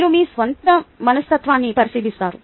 మీరు మీ స్వంత మనస్తత్వాన్ని పరిశీలిస్తారు